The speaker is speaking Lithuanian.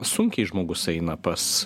sunkiai žmogus eina pas